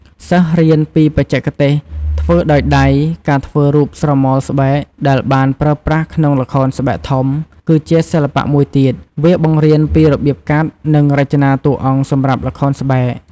សិស្សរៀនពីបច្ចេកទេសធ្វើដោយដៃ ការធ្វើរូបស្រមោលស្បែក ដែលបានប្រើប្រាស់ក្នុងល្ខោនស្បែកធំ គឺជាសិល្បៈមួយទៀត វាបង្រៀនពីរបៀបកាត់ និងរចនាតួអង្គសម្រាប់ល្ខោនស្បែក។